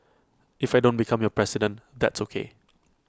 if I don't become your president that's ok